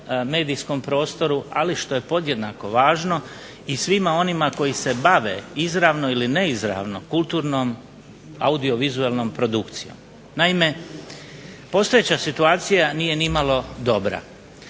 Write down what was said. medijskom prostoru ali što je podjednako važno i svima onima koji se bave izravno ili neizravno kulturnom audiovizualnom produkcijom. Naime, postojeća situacija nije ni malo dobra.